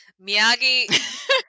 miyagi